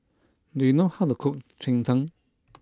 do you know how to cook Cheng Tng